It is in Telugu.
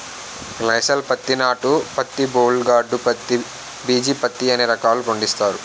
గ్లైసాల్ పత్తి నాటు పత్తి బోల్ గార్డు పత్తి బిజీ పత్తి అనే రకాలు పండిస్తారు